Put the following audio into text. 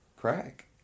Crack